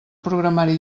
programari